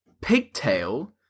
pigtail